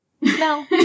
No